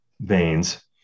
veins